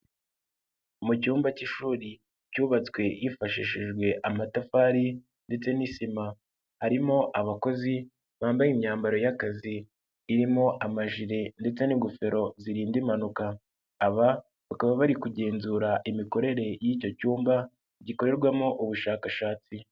Mu cyumba cy'ishuri cyubatswe hifashishijwe amatafari ndetse n'isima, harimo abakozi bambaye imyambaro y'akazi irimo amajire ndetse n'ingofero zirinda impanuka. Aba bakaba bari kugenzura imikorere y'icyo cyumba gikorerwamo ubushakashatsi.